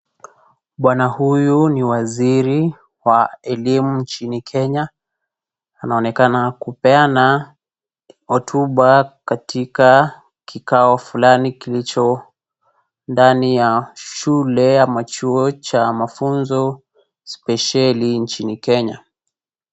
Bwana huyu ni waziri wa elimu nchini Kenya. Anaonekana kupeana hotuba katika kikao fulani kilicho ndani ya shule ama chuo cha mafunzo spesheli nchini Kenya.